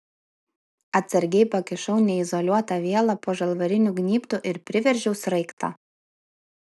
atsargiai pakišau neizoliuotą vielą po žalvariniu gnybtu ir priveržiau sraigtą